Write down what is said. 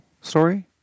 story